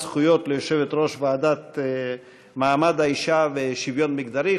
זכויות ליושבת-ראש הוועדה לקידום מעמד האישה ולשוויון מגדרי,